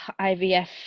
IVF